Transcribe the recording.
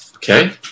Okay